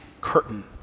curtain